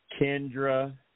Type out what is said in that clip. Kendra